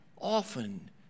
often